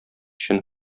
өчен